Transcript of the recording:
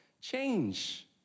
change